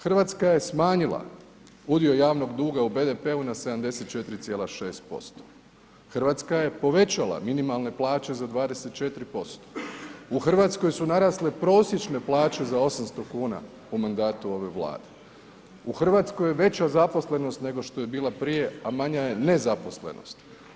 Hrvatska je smanjila udio javnog duga u BDP-u 74,6%, Hrvatska je povećala minimalne plaće za 24%, u Hrvatskoj su narasle prosječne plaće za 800 kuna u mandatu ove Vlade, u Hrvatskoj je veća zaposlenost nego što je bila prije, a manja je nezaposlenost.